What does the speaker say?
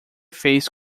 fez